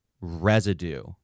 residue